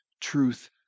truth